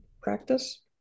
practice